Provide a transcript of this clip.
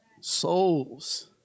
Souls